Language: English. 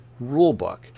rulebook